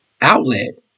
outlet